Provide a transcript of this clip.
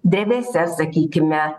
drevėse sakykime